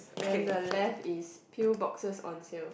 then the left is pill boxes on sale